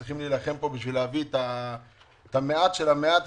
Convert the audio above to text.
אנחנו צריכים להילחם פה בשביל להביא את המעט של המעט,